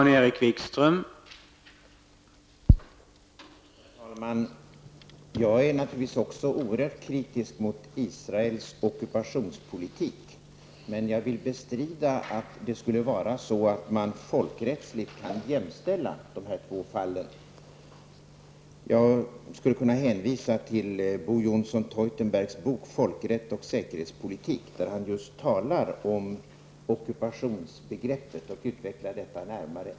Herr talman! Även jag är naturligtvis oerhörd kritisk mot Israels ockupationspolitik, men jag bestrider att man folkrättsligt kan jämställa de två fallen. Jag skulle kunna hänvisa till Bo Johnson Teutenbergs bok Folkrätt och säkerhetspolitik, där han skriver om just ockupationsbegreppet och utvecklar detta närmare.